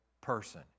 person